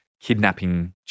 kidnapping